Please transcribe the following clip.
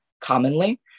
commonly